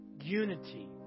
Unity